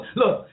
look